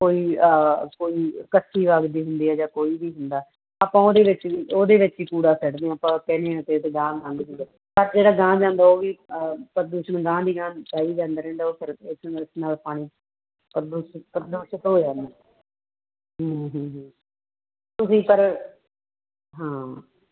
ਕੋਈ ਕੋਈ ਕੱਚੀ ਲੱਗਦੀ ਹੁੰਦੀ ਹੈ ਜਾਂ ਕੋਈ ਵੀ ਹੁੰਦਾ ਆਪਾਂ ਉਹਦੇ ਵਿੱਚ ਹੀ ਉਹਦੇ ਵਿੱਚ ਹੀ ਕੂੜਾ ਸਿੱਟਦੇ ਆ ਆਪਾਂ ਕਹਿੰਦੇ ਅਤੇ ਅਸੀਂ ਗਾਹਾਂ ਲੰਘ ਜਾਂਦੇ ਪਰ ਜਿਹੜਾ ਗਾਹਾਂ ਜਾਂਦਾ ਉਹ ਵੀ ਪ੍ਰਦੂਸ਼ਣ ਗਾਹਾਂ ਦੀ ਗਾਹਾਂ ਜਾਈ ਜਾਂਦਾ ਰਹਿੰਦਾ ਉਹ ਫਿਰ ਨਾਲ ਪਾਣੀ ਪ੍ਰਦੂਸ਼ਿੁਤ ਪ੍ਰਦੂਸ਼ਿਤ ਹੋ ਜਾਂਦਾ ਹਮ ਹਮ ਤੁਸੀਂ ਪਰ ਹਾਂ